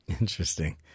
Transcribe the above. Interesting